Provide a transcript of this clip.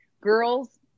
girls